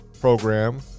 Program